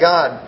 God